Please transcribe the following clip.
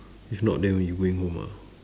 if not then then you going home ah